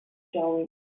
showing